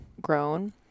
grown